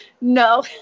No